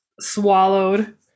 swallowed